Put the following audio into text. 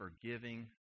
forgiving